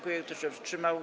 Kto się wstrzymał?